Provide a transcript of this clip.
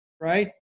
right